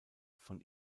von